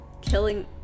killing